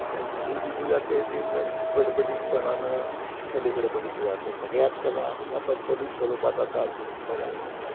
आणि जी दिली जाते ती नग बटबटीतपणानं कलेकडं बघितलं जातं सगळ्याच कला या बटबटीत स्वरूपात आता दिस बघायला मिळतात